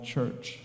Church